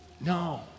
No